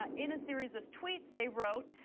ah in a series of tweets they wrote,